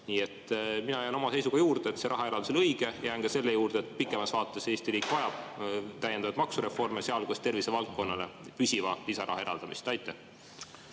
Nii et mina jään oma seisukoha juurde: see rahaeraldus oli õige. Jään ka selle juurde, et pikemas vaates Eesti riik vajab täiendavaid maksureforme, sealhulgas tervisevaldkonnale püsiva lisaraha eraldamist. Aitäh!